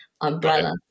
umbrella